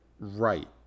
Right